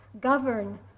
govern